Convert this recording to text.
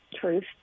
truth